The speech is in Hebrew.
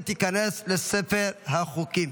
ותיכנס לספר החוקים.